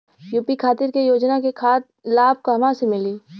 UP खातिर के योजना के लाभ कहवा से मिली?